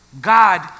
God